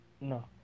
No